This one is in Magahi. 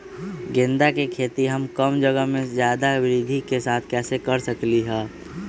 गेंदा के खेती हम कम जगह में ज्यादा वृद्धि के साथ कैसे कर सकली ह?